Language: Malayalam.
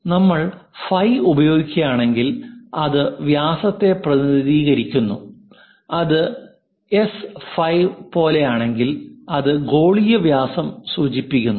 നമ്മൾ ഫൈ ഉപയോഗിക്കുകയാണെങ്കിൽ അത് വ്യാസത്തെ പ്രതിനിധീകരിക്കുന്നു അത് എസ് ഫൈ പോലെയാണെങ്കിൽ അത് ഗോളീയ വ്യാസം സൂചിപ്പിക്കുന്നു